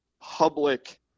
public